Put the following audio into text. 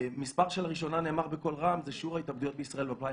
מספר שלראשונה נאמר בקול רם זה שיעור ההתאבדויות בישראל ב-2017.